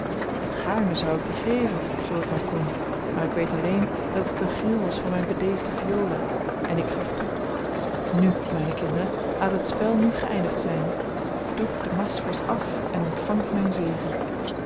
gaarne zou ik die geven zoo ik maar kon maar ik weet alleen dat het een gril was van mijn bedeesde viola en ik gaf toe nu mijne kinderen laat het spel nu geëindigd zijn doet de maskers af en ontvangt mijn zegen